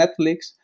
Netflix